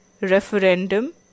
referendum